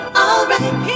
alright